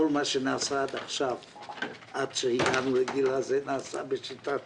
כל מה שנעשה עד עכשיו נעשה בשיטת